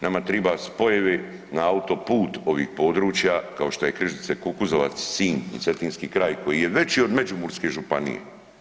Nama trebaju spojevi na autoput ovih područja kao što je Križice-Kukuzovac-Sinj i cetinski kraj koji je veći od Međimurske županije.